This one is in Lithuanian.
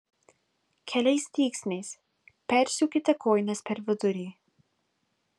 keliais dygsniais persiūkite kojines per vidurį